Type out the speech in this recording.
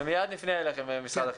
מיד נפנה אל משרד החינוך.